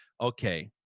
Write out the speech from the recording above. okay